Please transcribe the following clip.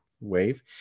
wave